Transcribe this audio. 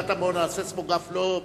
בקטמון הסיסמוגרף לא מצלצל.